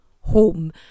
home